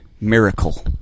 Miracle